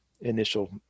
initial